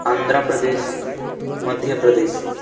Andhra Pradesh Madhya Pradesh